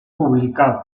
publicado